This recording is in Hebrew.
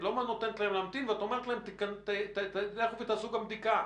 לא נותנת להם להמתין ואומרת להם לכו לעשות בדיקה.